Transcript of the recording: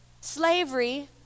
slavery